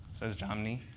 says jomny.